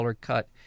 cut